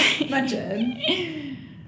Imagine